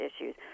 issues